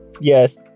Yes